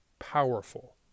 powerful